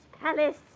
palace